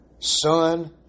son